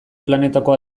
planetako